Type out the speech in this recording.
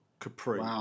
Capri